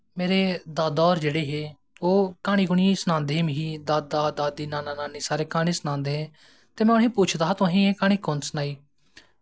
मेरे दादा होर जेह्ड़े हे ओह् क्हानियां क्हूनियां सनांदे हे मिगी दादा दादी नाना नानी सारे क्हानियां सनांदे हे ते में उ'नें गी पुच्छदा हा एह् क्हानी तुसेंगी कुन्न सनाई